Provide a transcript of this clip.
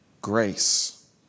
grace